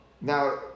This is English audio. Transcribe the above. Now